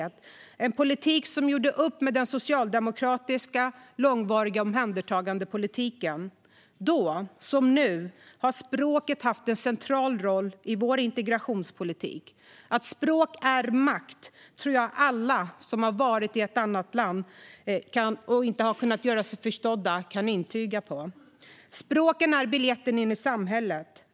Det var en politik som gjorde upp med Socialdemokraternas långvariga omhändertagandepolitik. Då som nu har språket haft en central roll i vår integrationspolitik. Att språk är makt tror jag att alla kan intyga som har varit i ett land där man inte kan göra sig förstådd. Språket är biljetten in i samhället.